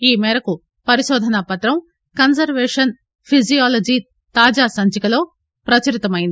ఈ మేరకు పరిశోధనా పత్రం కన్షర్వేషన్ ఫిజియోలజీ తాజా సంచికలో ప్రచురితం అయింది